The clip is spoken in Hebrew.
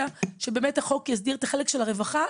שבאמת החוק יסדיר את החלק של הרווחה,